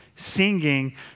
singing